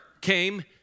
came